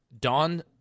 Don